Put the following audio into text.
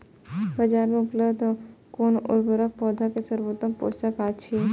बाजार में उपलब्ध कुन उर्वरक पौधा के सर्वोत्तम पोषक अछि?